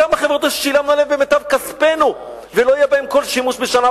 כמה חוברות ששילמנו עליהן במיטב כספנו ולא היה בהן כל שימוש השנה,